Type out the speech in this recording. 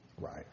Right